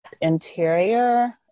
interior